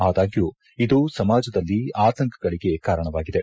ಆದಾಗ್ಯೂ ಇದು ಸಮಾಜದಲ್ಲಿ ಆತಂಕಗಳಿಗೆ ಕಾರಣವಾಗಿದೆ